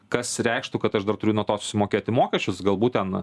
kas reikštų kad aš dar turiu nuo to sumokėti mokesčius galbūt ten